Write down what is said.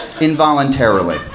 involuntarily